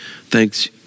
Thanks